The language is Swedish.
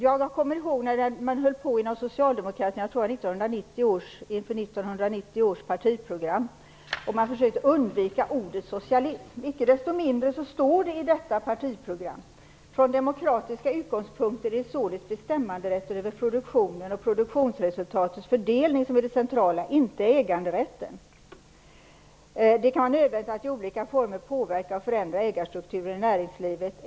Jag kommer ihåg när socialdemokraterna försökte undvika ordet socialism, jag tror att det var inför 1990 års partiprogram. Icke desto mindre står det i detta partiprogram: Från demokratiska utgångspunkter är det således bestämmanderätten över produktionen och produktionsresultatets fördelning som är det centrala, inte äganderätten. Det kan vara nödvändigt att i olika former påverka och förändra ägarstrukturen i näringslivet.